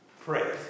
Pray